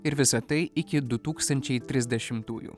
ir visa tai iki du tūkstančiai trisdešimtųjų